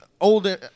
older